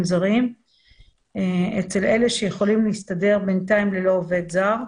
זרים אצל אלה שיכולים להסתדר בינתיים ללא עובד זר.